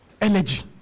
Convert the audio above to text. Energy